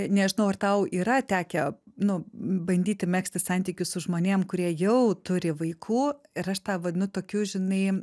nežinau ar tau yra tekę nu bandyti megzti santykius su žmonėm kurie jau turi vaikų ir aš tą vadinu tokiu žinai